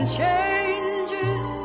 changes